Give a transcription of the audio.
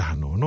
no